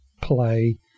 play